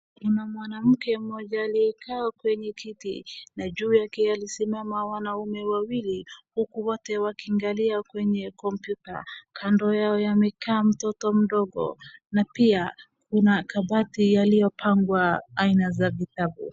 Kuna mwanamke mmoja aliyekaa kwenye kiti, na juu yake alisimama wanaume wawili huku wote wakiangalia kwenye kompyuta, kando yao amekaa mtoto mdogo na pia kuna kabati iliyopangwa aina za vitabu.